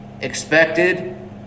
expected